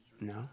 No